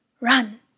Run